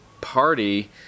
party